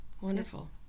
Wonderful